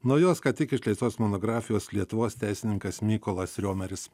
naujos ką tik išleistos monografijos lietuvos teisininkas mykolas riomeris